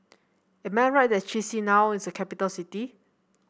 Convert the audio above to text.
am I right that Chisinau is a capital city